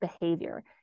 behavior